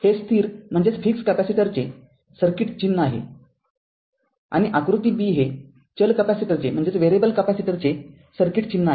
हे स्थिर कॅपेसिटरचे सर्किट चिन्ह आहे आणि आकृती b हे चल कॅपेसिटरचे सर्किट चिन्ह आहे